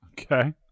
Okay